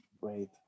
great